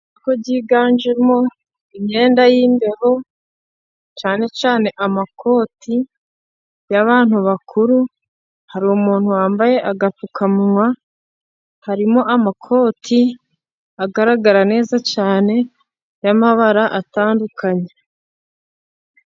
Isoko byiganjemo imyenda y'imbeho, cyane cyane amakoti y'abantu bakuru. Hari umuntu wambaye agapfukamunwa, harimo amakoti agaragara neza cyane y'amabara atandukanye.